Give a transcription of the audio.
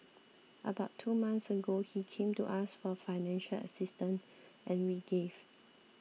about two months ago he came to us for financial assistance and we gave